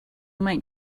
might